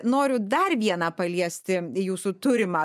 noriu dar vieną paliesti jūsų turimą